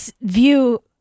view